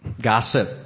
Gossip